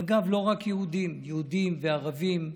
אגב, לא רק יהודים, יהודים וערבים,